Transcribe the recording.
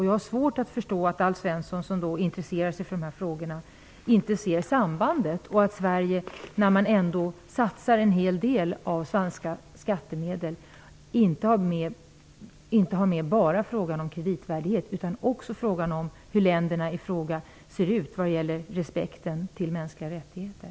Jag har svårt att förstå att Alf Svensson, som intresserar sig för dessa frågor, inte ser sambandet. Sverige satsar ändå en hel del av svenska skattemedel. Därför borde man inte bara ha med frågan om kreditvärdighet utan också frågan om hur länderna ser ut vad gäller respekten för mänskliga rättigheter.